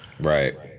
Right